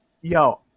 Yo